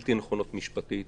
בלתי נכונות משפטית.